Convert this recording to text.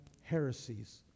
heresies